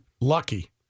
lucky